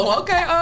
okay